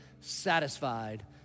satisfied